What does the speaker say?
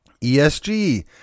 ESG